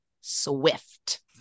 Swift